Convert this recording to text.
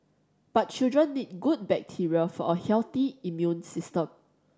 but children need good bacteria for a healthy immune system